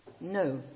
No